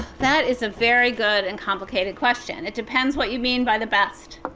that is a very good and complicated questions. it depends what you mean by the best.